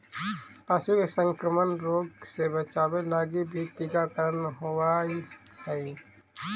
पशु के संक्रामक रोग से बचावे लगी भी टीकाकरण होवऽ हइ